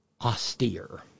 austere